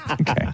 Okay